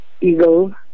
Eagle